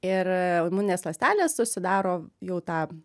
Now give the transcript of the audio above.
ir imuninės ląstelės susidaro jau tą